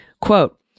Quote